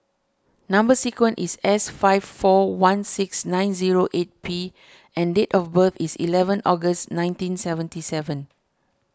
Number Sequence is S five four one six nine zero eight P and date of birth is eleven August nineteen seventy seven